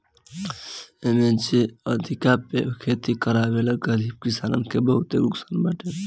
इमे जे अधिया पे खेती करेवाला गरीब किसानन के बहुते नुकसान बाटे